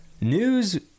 News